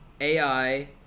AI